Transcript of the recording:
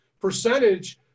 percentage